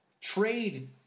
trade